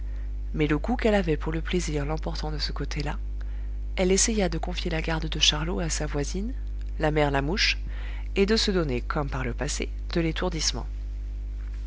mais le goût qu'elle avait pour le plaisir l'emportant de ce côté-là elle essaya de confier la garde de charlot à sa voisine la mère lamouche et de se donner comme par le passé de l'étourdissement